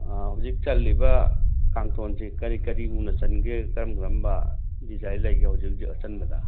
ꯍꯧꯖꯤꯛ ꯆꯜꯂꯤꯕ ꯀꯥꯡꯊꯣꯟꯁꯦ ꯀꯔꯤ ꯀꯔꯤ ꯎꯅ ꯆꯟꯒꯦ ꯀꯔꯝ ꯀꯔꯝꯕ ꯗꯤꯖꯥꯏꯜ ꯂꯩꯒꯦ ꯍꯧꯖꯤꯛ ꯍꯧꯖꯤꯛ ꯑꯆꯟꯕꯗ